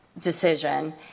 decision